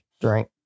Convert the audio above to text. Drink